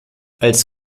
als